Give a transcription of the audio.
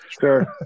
Sure